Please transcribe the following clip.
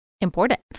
important